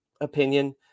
opinion